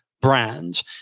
brand